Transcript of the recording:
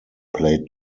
played